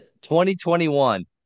2021